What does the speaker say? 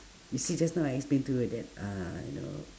you see just now I explain to you like that uh you know